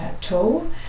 tool